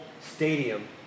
stadium